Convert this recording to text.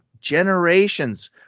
generations